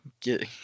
get